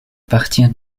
partir